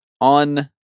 on